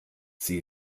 sie